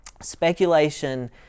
Speculation